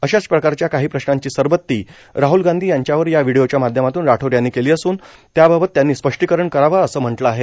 अशाच प्रकारच्या काही प्रश्नांची सरबत्ती राहल गांधी यांच्यावर या व्हिडिओच्या माध्यमातून राठोड यांनी केली असून त्याबाबत त्यांनी स्पष्टीकरण करावं असं म्हटलं आहे